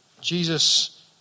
Jesus